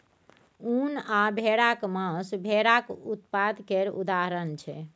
उन आ भेराक मासु भेराक उत्पाद केर उदाहरण छै